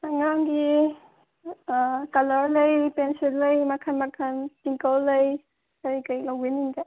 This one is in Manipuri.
ꯑꯉꯥꯡꯒꯤ ꯀꯂꯔ ꯂꯩ ꯄꯦꯟꯁꯤꯜ ꯂꯩ ꯃꯈꯜ ꯃꯈꯜ ꯇꯤꯛꯀꯜ ꯂꯩ ꯀꯔꯤ ꯀꯔꯤ ꯂꯧꯕꯤꯅꯤꯡꯒꯦ